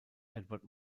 edward